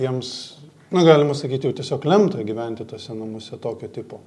jiems na galima sakyt jau tiesiog lemta gyventi tuose namuose tokio tipo